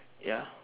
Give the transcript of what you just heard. ya